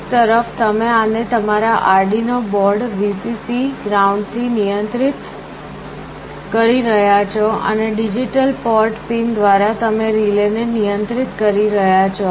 એક તરફ તમે આને તમારા આર્ડિનો બોર્ડ Vcc ગ્રાઉન્ડથી નિયંત્રિત કરી રહ્યાં છો અને ડિજિટલ પોર્ટ પિન દ્વારા તમે રિલે ને નિયંત્રિત કરી રહ્યાં છો